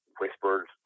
whispered